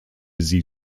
sie